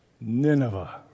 Nineveh